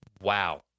wow